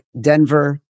Denver